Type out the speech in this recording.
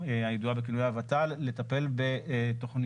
הידועה בכינוייה הות"ל, לטפל בתוכניות